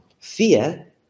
Fear